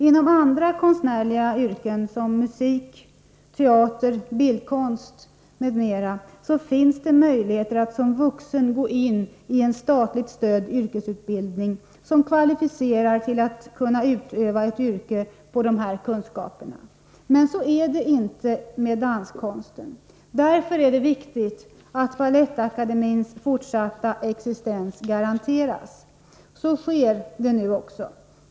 Inom andra konstnärliga yrken — musik, teater, bildkonst m.m. — finns det möjligheter att som vuxen gå in i en statligt stödd yrkesutbildning som kvalificerar till att utöva ett yrke på dessa kunskaper. Men så är det inte med danskonsten. Därför är det viktigt att Balettakademiens fortsatta existens garanteras. Så sker nu också.